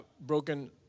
broken